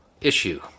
issue